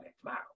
tomorrow